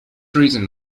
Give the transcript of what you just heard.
reason